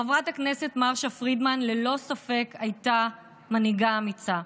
חברת הכנסת מרשה פרידמן הייתה ללא ספק מנהיגה אמיצה.